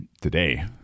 today